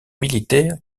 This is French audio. militaire